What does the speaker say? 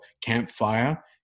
campfire